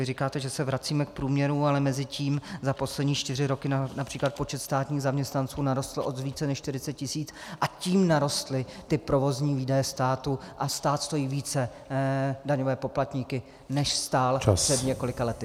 Vy říkáte, že se vracíme k průměru, ale mezitím za poslední čtyři roky například počet státních zaměstnanců narostl o více než 40 tisíc, a tím narostly ty provozní výdaje státu a stát stojí více daňové poplatníky, než stál před několika lety.